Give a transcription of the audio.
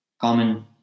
common